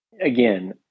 again